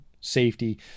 safety